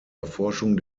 erforschung